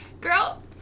girl